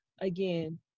again